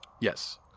yes